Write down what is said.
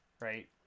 right